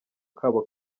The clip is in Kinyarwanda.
kabo